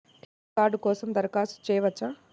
Credit card కోసం దరఖాస్తు చేయవచ్చా?